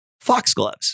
Foxgloves